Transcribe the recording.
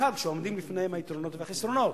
בעיקר כשעומדים בפניהם היתרונות והחסרונות.